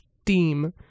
steam